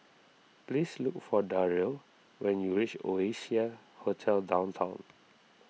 please look for Darryle when you reach Oasia Hotel Downtown